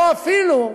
או אפילו,